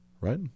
right